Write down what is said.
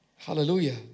Hallelujah